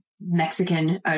Mexican